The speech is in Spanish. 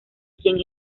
quien